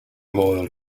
loyal